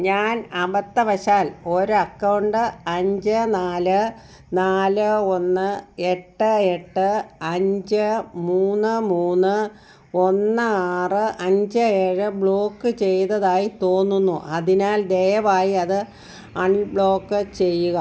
ഞാൻ അബദ്ധവശാൽ ഒരു അക്കൗണ്ട് അഞ്ച് നാല് നാല് ഒന്ന് എട്ട് എട്ട് അഞ്ച് മൂന്ന് മൂന്ന് ഒന്ന് ആറ് അഞ്ച് ഏഴ് ബ്ലോക്ക് ചെയ്തതായി തോന്നുന്നു അതിനാൽ ദയവായി അത് അൺബ്ലോക്ക് ചെയ്യുക